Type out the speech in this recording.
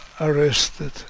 arrested